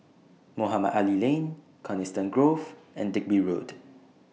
Mohamed Ali Lane Coniston Grove and Digby Road